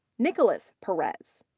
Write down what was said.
nicholas perez.